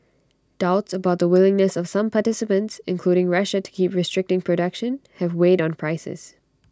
doubts about the willingness of some participants including Russia to keep restricting production have weighed on prices